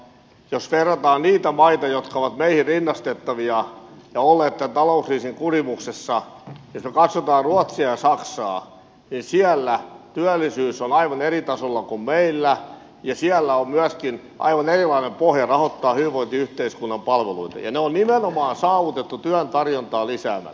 jos verrataan niitä maita jotka ovat meihin rinnastettavia ja ovat olleet tämän talouskriisin kurimuksessa jos katsotaan ruotsia ja saksaa niin siellä työllisyys on aivan eri tasolla kuin meillä ja siellä on myöskin aivan erilainen pohja rahoittaa hyvinvointiyhteiskunnan palveluita ja ne on nimenomaan saavutettu työn tarjontaa lisäämällä